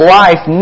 life